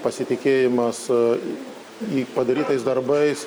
pasitikėjimas padarytais darbais